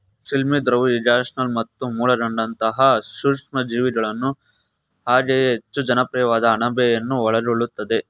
ಶಿಲೀಂಧ್ರವು ಯೀಸ್ಟ್ಗಳು ಮತ್ತು ಮೊಲ್ಡ್ಗಳಂತಹ ಸೂಕ್ಷಾಣುಜೀವಿಗಳು ಹಾಗೆಯೇ ಹೆಚ್ಚು ಜನಪ್ರಿಯವಾದ ಅಣಬೆಯನ್ನು ಒಳಗೊಳ್ಳುತ್ತದೆ